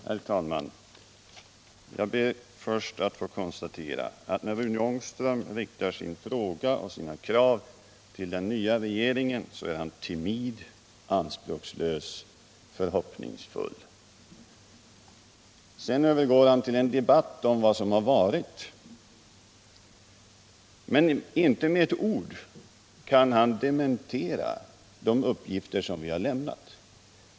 Herr talman! Jag ber först att få konstatera att när Rune Ångström riktar sin fråga och sina krav till den nya regeringen är han timid, anspråkslös, förhoppningsfull. Sedan övergår han till en debatt om vad som har varit. Men inte med ett ord kan han dementera de uppgitter som vi har lämnat.